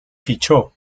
fichó